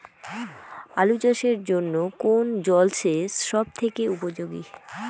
আলু চাষের জন্য কোন জল সেচ সব থেকে উপযোগী?